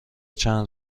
چند